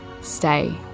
stay